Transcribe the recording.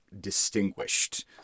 distinguished